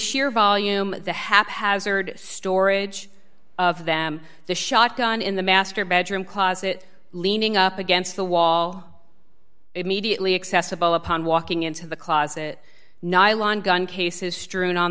sheer volume the haphazard storage of them the shotgun in the master bedroom closet leaning up against the wall immediately accessible upon walking into the closet nylon gun cases strewn on